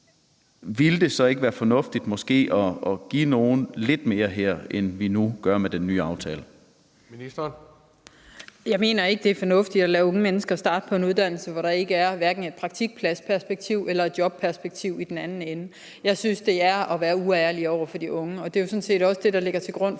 ville det så ikke være fornuftigt måske at give nogle lidt mere her, end vi nu gør med den nye aftale?